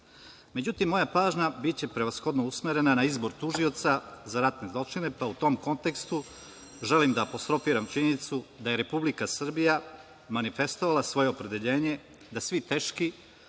sistemu.Međutim, moja pažnja biće prevashodno usmerena na izbor tužioca za ratne zločine, pa u tom kontekstu želim da postrofiram činjenicu da je Republika Srbija manifestovala svoje opredeljenje da svi teški,